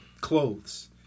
clothes